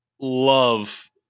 love